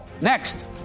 Next